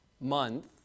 month